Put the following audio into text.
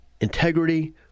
integrity